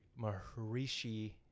Maharishi